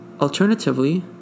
Alternatively